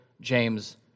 James